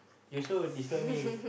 you also disturb me